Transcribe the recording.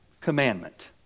commandment